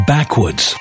Backwards